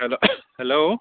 hello hello